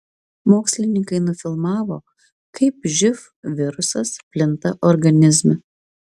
mokslininkai nufilmavo kaip živ virusas plinta organizme